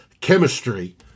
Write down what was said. chemistry